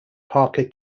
parker